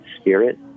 spirit